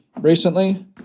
recently